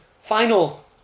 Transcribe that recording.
final